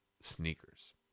sneakers